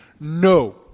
No